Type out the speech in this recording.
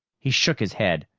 he shook his head,